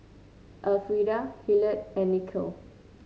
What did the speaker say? Elfrieda Hillard and Nikhil